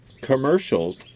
commercials